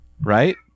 right